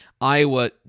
Iowa